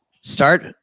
Start